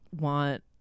want